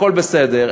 הכול בסדר,